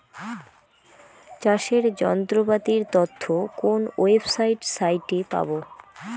চাষের যন্ত্রপাতির তথ্য কোন ওয়েবসাইট সাইটে পাব?